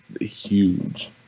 huge